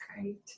great